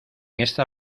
esta